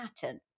pattern